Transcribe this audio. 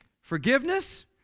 Forgiveness